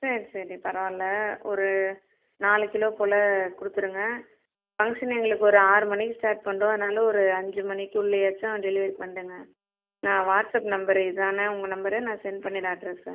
சரி சரி பரவாயில்லை ஒரு நாலு கிலோ போல கொடுத்துருங்க ஃபங்க்ஷன் எங்களுக்கு ஒரு ஆறு மணிக்கு ஸ்டார்ட் பண்ணிடுவோம் அதனால் ஒரு அஞ்சு மணிக்குள்ளையாச்சும் டெலிவரி பண்ணிடுங்க நான் வாட்ஸ்அப் நம்பரு இதான உங்கள் நம்பரு நான் செண்ட் பண்ணிடுறேன் அட்ரெஸ்ஸ